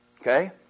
Okay